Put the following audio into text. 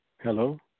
Hello